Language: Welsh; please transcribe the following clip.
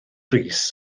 rees